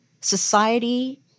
society